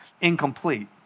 incomplete